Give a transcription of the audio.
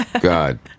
God